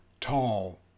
tall